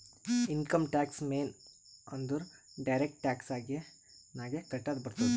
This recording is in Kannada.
ಇನ್ಕಮ್ ಟ್ಯಾಕ್ಸ್ ಮೇನ್ ಅಂದುರ್ ಡೈರೆಕ್ಟ್ ಟ್ಯಾಕ್ಸ್ ನಾಗೆ ಕಟ್ಟದ್ ಬರ್ತುದ್